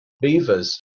beavers